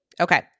okay